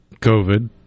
COVID